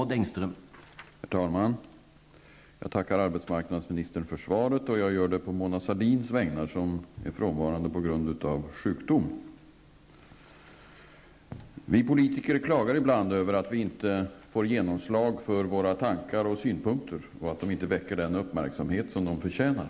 Herr talman! Jag tackar arbetsmarknadsminister för svaret, och jag gör det på Mona Sahlins vägnar. Hon är frånvarande på grund av sjukdom. Vi politiker klagar ibland över att våra tankar och synpunkter inte får genomslag, att de inte väcker den uppmärksamhet de förtjänar.